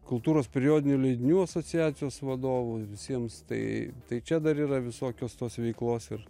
kultūros periodinių leidinių asociacijos vadovu visiems tai tai čia dar yra visokios tos veiklos ir